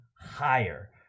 higher